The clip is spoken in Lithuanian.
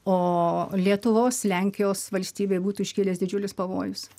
o lietuvos lenkijos valstybei būtų iškilęs didžiulis pavojus